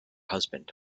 husband